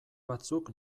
batzuk